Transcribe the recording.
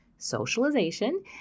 socialization